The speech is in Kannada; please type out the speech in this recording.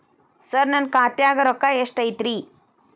ಸರ ನನ್ನ ಖಾತ್ಯಾಗ ರೊಕ್ಕ ಎಷ್ಟು ಐತಿರಿ?